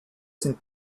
sind